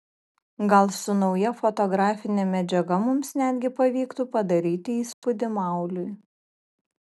gal su nauja fotografine medžiaga mums netgi pavyktų padaryti įspūdį mauliui